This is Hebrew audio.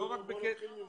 אני אומר בוא נתחיל ממשהו.